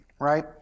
right